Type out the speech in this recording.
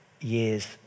years